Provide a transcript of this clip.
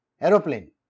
aeroplane